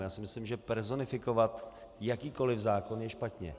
Já si myslím, že personifikovat jakýkoli zákon je špatně.